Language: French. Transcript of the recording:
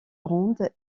ronde